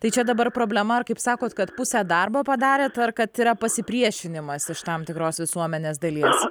tai čia dabar problema ar kaip sakot kad pusę darbo padarėt ar kad yra pasipriešinimas iš tam tikros visuomenės dalies